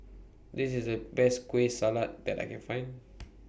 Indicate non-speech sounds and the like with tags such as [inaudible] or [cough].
This IS The Best Kueh Salat that I Can Find [noise]